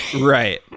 Right